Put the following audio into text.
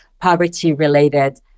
poverty-related